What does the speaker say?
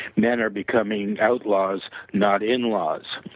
men are becoming outlaws, not in-laws,